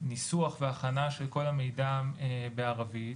וניסוח והכנה של כל המידע בערבית.